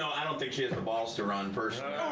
know, i don't think she has the balls to run personally. oh,